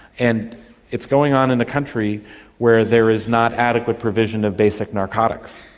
and it's going on in a country where there is not adequate provision of basic narcotics.